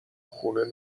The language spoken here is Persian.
خونه